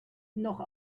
noch